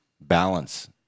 balance